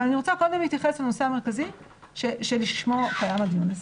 אבל אני רוצה קודם להתייחס לנושא המרכזי שלשמו מתקיים הדיון הזה.